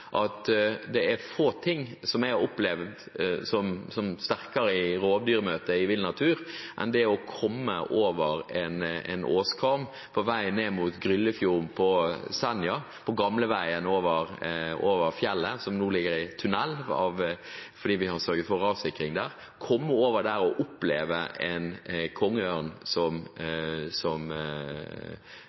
at det er få ting jeg har opplevd sterkere i møte med rovdyr i vill natur enn det å komme over en åskam på vei ned mot Gryllefjord på Senja, på gamleveien over fjellet – som nå ligger i tunnel fordi vi har sørget for rassikring der – og oppleve en